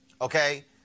Okay